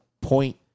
point